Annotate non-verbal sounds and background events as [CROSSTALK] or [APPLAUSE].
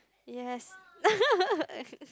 yes [LAUGHS]